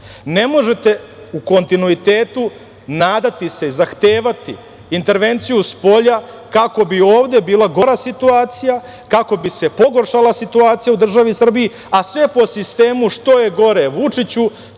Ne možete u kontinuitetu nadati se, zahtevati intervenciju spolja kako bi ovde bila gora situacija, kako bi se pogoršala situacija u državi Srbiji, a sve po sistemu što je gore Vučiću,